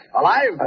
alive